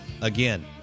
again